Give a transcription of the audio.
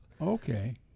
Okay